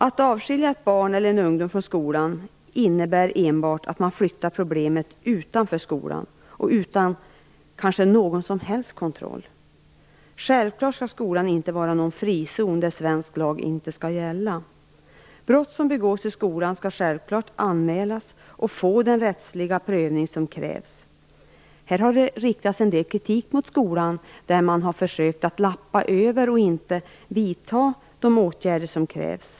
Att avskilja ett barn eller en ungdom från skolan innebär enbart att man flyttar problemet utanför skolan, kanske utan någon som helst kontroll. Självklart skall skolan inte vara någon frizon där svensk lag inte skall gälla. Brott som begåtts i skolan skall naturligtvis anmälas och få den rättsliga prövning som krävs. Här har det riktats en del kritik mot skolan när man där har försökt att lappa över i stället för att vidta de åtgärder som krävs.